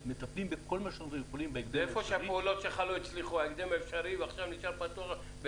לא משתמשים בה, כי זה יכול לחזור לך.